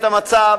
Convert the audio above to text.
את המצב